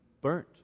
burnt